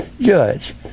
Judge